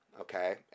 okay